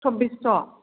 सब्बिस्स'